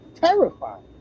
terrifying